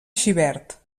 xivert